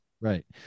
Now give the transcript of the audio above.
right